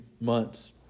months